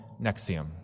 Nexium